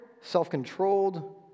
self-controlled